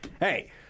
hey